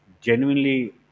genuinely